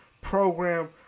program